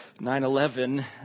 9-11